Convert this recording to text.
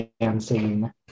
dancing